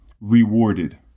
rewarded